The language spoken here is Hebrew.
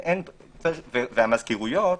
המזכירויות,